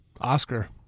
Oscar